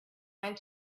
went